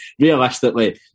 Realistically